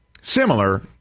similar